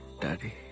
Daddy